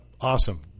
Awesome